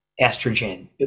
Estrogen